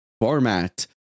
format